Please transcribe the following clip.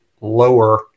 lower